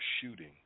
shooting